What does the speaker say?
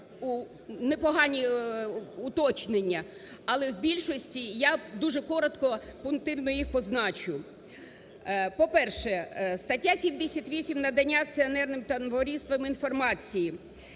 непогані уточнення. Але в більшості я дуже коротко, пунктирно їх позначу. По-перше, стаття 78 "Надання акціонерним товариствам інформації".